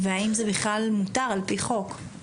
והאם זה בכלל מותר על פי חוק?